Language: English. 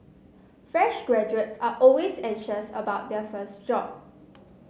fresh graduates are always anxious about their first job